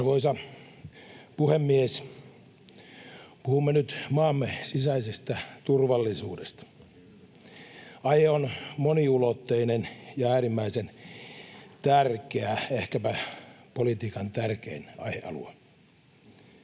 Arvoisa puhemies! Puhumme nyt maamme sisäisestä turvallisuudesta. Aihe on moniulotteinen ja äärimmäisen tärkeä, ehkäpä politiikan tärkein aihealue.